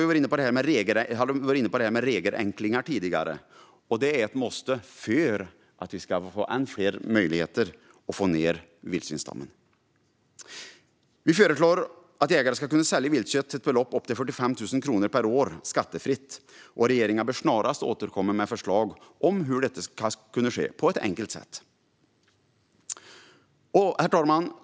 Vi har tidigare varit inne på regelförenklingar. Det är ett måste för att vi ska få fler möjligheter att få ned vildsvinsstammen. Vi föreslår att jägare ska kunna sälja viltkött för ett belopp upp till 45 000 kronor per år skattefritt. Regeringen bör snarast återkomma med förslag om hur detta ska kunna ske på ett enkelt sätt. Herr talman!